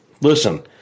listen